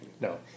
No